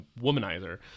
womanizer